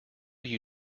you